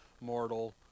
mortal